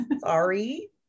Sorry